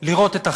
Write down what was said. לירות את החץ,